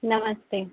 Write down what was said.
नमस्ते